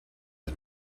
the